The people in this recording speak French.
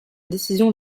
décision